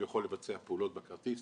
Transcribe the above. הוא יכול לבצע פעולות בכרטיס,